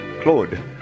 Claude